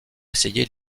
essayer